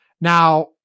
Now